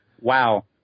wow